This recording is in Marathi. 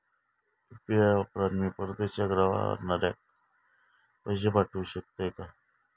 यू.पी.आय वापरान मी परदेशाक रव्हनाऱ्याक पैशे पाठवु शकतय काय?